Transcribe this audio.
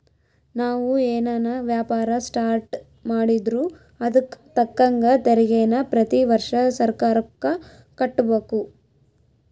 ನಾವು ಏನನ ವ್ಯಾಪಾರ ಸ್ಟಾರ್ಟ್ ಮಾಡಿದ್ರೂ ಅದುಕ್ ತಕ್ಕಂಗ ತೆರಿಗೇನ ಪ್ರತಿ ವರ್ಷ ಸರ್ಕಾರುಕ್ಕ ಕಟ್ಟುಬಕು